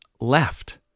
left